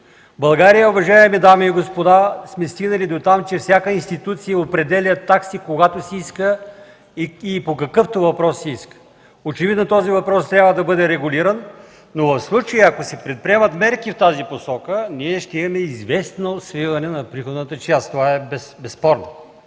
България, уважаеми дами и господа, сме стигнали до там, че всяка институция определя такси, когато си иска и по какъвто въпрос си иска. Очевидно този въпрос трябва да бъде регулиран, но в случая, ако се предприемат мерки в тази посока, ние ще имаме известно свиване на приходната част. Това е безспорно.